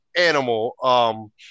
Animal